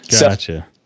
Gotcha